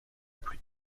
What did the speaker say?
plus